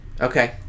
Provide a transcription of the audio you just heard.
Okay